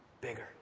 bigger